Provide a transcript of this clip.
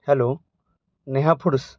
hello Neha foods